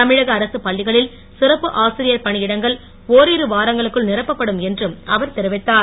தமிழக அரசுப் பள்ளிகளில் சிறப்பு ஆசிரியர் பணி இடங்கள் ஒரிரு வாரங்களுக்குள் நிரப்பப்படும் என்றும் அவர் தெரிவித்தார்